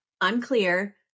unclear